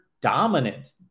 dominant